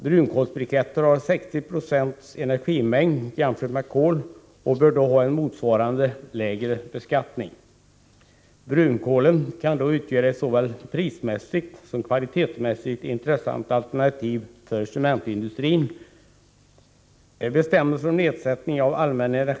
Brunkolsbriketter har 60976 av kolets energimängd och bör ha en i motsvarande mån lägre beskattning. Brunkolen kan då utgöra ett såväl prismässigt som kvalitetsmässigt intressant alternativ för cementindustrin.